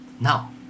Now